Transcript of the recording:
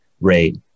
rate